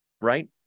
right